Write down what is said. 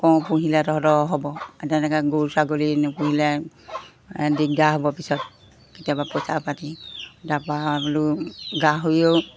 কওঁ পুহিলে তহঁতৰ হ'ব তেনেকৈ গৰু ছাগলী নুপুহিলে দিগদাৰ হ'ব পিছত কেতিয়াবা পইচা পাতি তাৰপৰা বোলো গাহৰিও